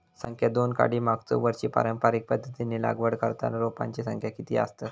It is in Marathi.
संख्या दोन काडी मागचो वर्षी पारंपरिक पध्दतीत लागवड करताना रोपांची संख्या किती आसतत?